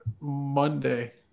Monday